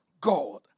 God